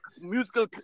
musical